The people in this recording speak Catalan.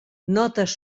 notes